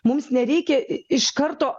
mums nereikia iš karto